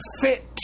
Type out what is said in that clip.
fit